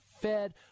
Fed